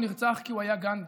הוא נרצח כי הוא היה גנדי,